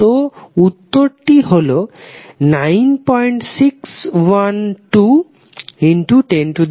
তো উত্তরটি হল 961210 13 কুলম্ব